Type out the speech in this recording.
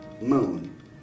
moon